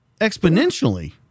exponentially